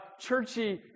churchy